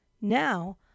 Now